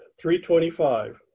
325